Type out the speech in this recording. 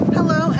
Hello